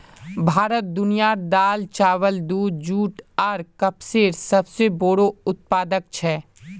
भारत दुनियार दाल, चावल, दूध, जुट आर कपसेर सबसे बोड़ो उत्पादक छे